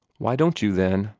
why don't you, then?